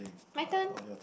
my turn